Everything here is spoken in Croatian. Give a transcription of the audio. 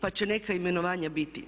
Pa će neka imenovanja biti.